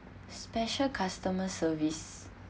special customer service